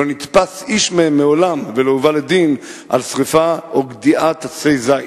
לא נתפס איש מהם מעולם ולא הובא לדין על שרפה או גדיעה של עצי זית,